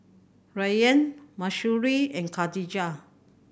Rayyan Mahsuri and Khadija